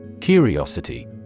Curiosity